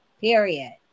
Period